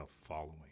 following